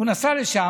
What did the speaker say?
הוא נסע לשם.